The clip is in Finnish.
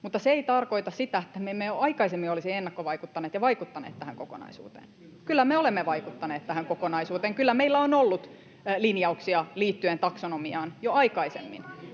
Mutta se ei tarkoita sitä, että me emme jo aikaisemmin olisi ennakkovaikuttaneet ja vaikuttaneet tähän kokonaisuuteen. [Kokoomuksen ryhmästä: Millä kannalla?] Kyllä me olemme vaikuttaneet tähän kokonaisuuteen. Kyllä meillä on ollut linjauksia liittyen taksonomiaan jo aikaisemmin,